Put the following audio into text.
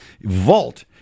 vault